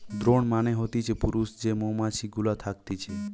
drone মানে হতিছে পুরুষ যে মৌমাছি গুলা থকতিছে